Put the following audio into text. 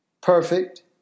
perfect